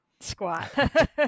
squat